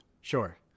Sure